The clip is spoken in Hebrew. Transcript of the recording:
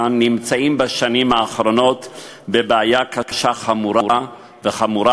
נמצאים בשנים האחרונות בבעיה קשה וחמורה,